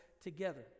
together